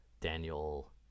Daniel